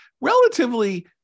relatively